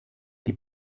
die